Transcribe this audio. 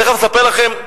ותיכף אספר לכם,